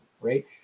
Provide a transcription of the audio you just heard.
right